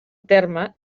terme